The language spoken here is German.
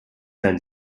sein